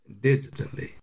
digitally